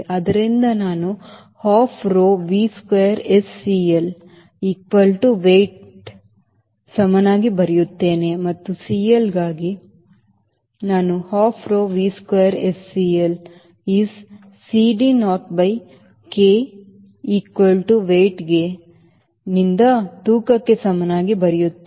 ಆದ್ದರಿಂದ ನಾನು half rho V square S CL equal to weightಕ್ಕೆ ಸಮನಾಗಿ ಬರೆಯುತ್ತೇನೆ ಮತ್ತು CL ಗಾಗಿ ನಾನು half rho V square S CL is CD naught by K equal to weigh ಕೆ ನಿಂದ ತೂಕಕ್ಕೆ ಸಮನಾಗಿ ಬರೆಯುತ್ತೇನೆ